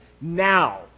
now